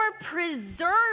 preserve